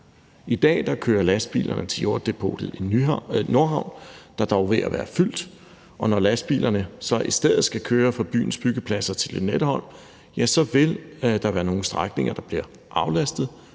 I dag kører lastbilerne til jorddepotet i Nordhavn, der dog er ved at være fyldt, og når lastbilerne så i stedet skal køre fra byens byggepladser til Lynetteholm, vil der være nogle strækninger, der bliver aflastet,